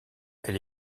elle